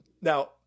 Now